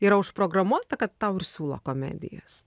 yra užprogramuota kad tau ir siūlo komedijas